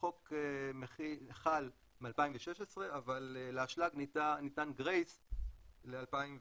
החוק חל מ-2016, אבל לאשלג ניתן גרייס ל-2017.